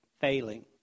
failing